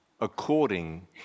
according